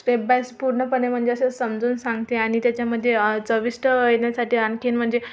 step by स पूर्णपणे म्हणजे असं समजून सांगते आणि त्याच्यामधे चविष्ट येण्यासाठी आणखीन म्हणजे